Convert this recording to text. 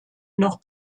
noch